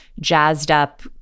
jazzed-up